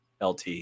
LT